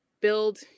build